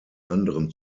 anderem